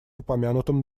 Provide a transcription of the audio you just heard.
упомянутом